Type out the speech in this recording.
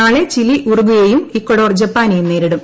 നാളെ ചിലെ ഉറുഗ്വ യെയും ഇക്വഡോർ ജപ്പാനെയും നേരിടും